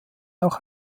auch